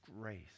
grace